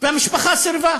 והמשפחה סירבה.